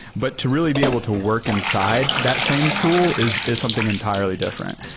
but to really be able to work inside that same tool is is something entirely different.